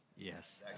Yes